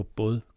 både